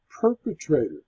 perpetrator